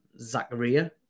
Zacharia